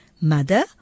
mother